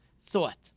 thought